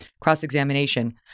cross-examination